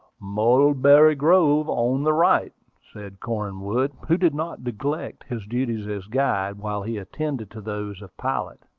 mulberry grove on the right, said cornwood, who did not neglect his duties as guide, while he attended to those of pilot.